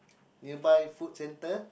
nearby food center